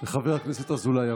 חבר הכנסת אזולאי,